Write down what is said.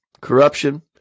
corruption